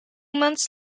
months